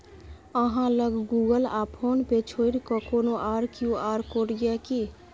अहाँ लग गुगल आ फोन पे छोड़िकए कोनो आर क्यू.आर कोड यै कि?